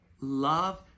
love